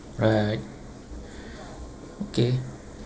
right okay